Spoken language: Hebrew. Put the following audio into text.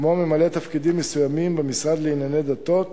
כמו ממלאי תפקידים מסוימים במשרד לענייני דתות